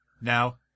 Now